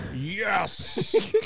yes